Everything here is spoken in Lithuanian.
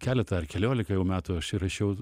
keletą ar kelioliką jau metų aš įrašiau